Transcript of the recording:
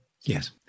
Yes